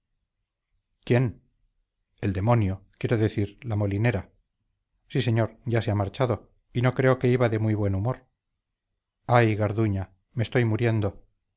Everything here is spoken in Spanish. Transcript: quién el demonio quiero decir la molinera sí señor ya se ha marchado y no creo que iba de muy buen humor ay garduña me estoy muriendo